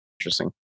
Interesting